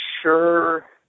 sure